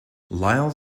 lyle